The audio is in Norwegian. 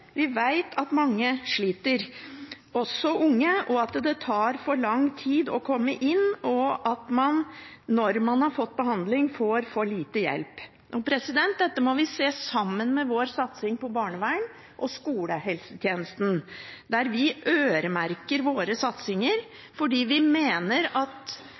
Vi vet at mange sliter, også unge, at det tar for lang tid å komme inn, og at man når man har fått behandling, får for lite hjelp. Dette må vi se sammen med vår satsing på barnevern og skolehelsetjenesten, der vi øremerker våre satsinger fordi vi mener at